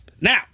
Now